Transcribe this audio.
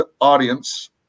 audience